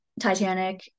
Titanic